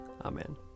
Amen